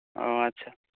ᱚ ᱟᱪᱪᱷᱟ